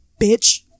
Bitch